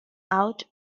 out